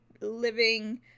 living